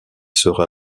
sera